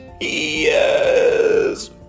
Yes